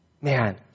man